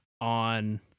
on